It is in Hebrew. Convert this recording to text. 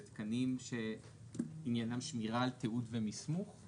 זה תקנים שעניינם שמירה על תיעוד ומסמוך?